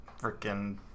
freaking